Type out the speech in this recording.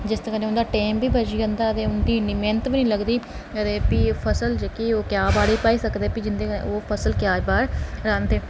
जिस दे कन्नै उं'दा टैम बी बची जंदा ते उं'दी इन्नी मैह्नत बी निं लगदी ते प्ही फसल जेह्ड़ी ओह् क्या बाड़ी बाही सकदे ते ओह् फसल क्या रांह्दे न